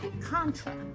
Contra